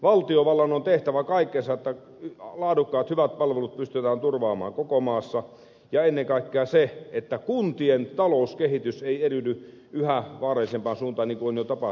valtiovallan on tehtävä kaikkensa että laadukkaat hyvät palvelut pystytään turvaamaan koko maassa ja ennen kaikkea että kuntien talouskehitys ei eriydy yhä vaarallisempaan suuntaan niin kuin on jo tapahtunut